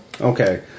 Okay